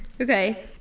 Okay